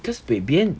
because B B N